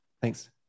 Thanks